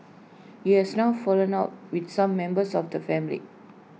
he has now fallen out with some members of the family